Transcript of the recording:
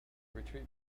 retreat